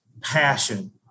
passion